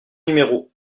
numéro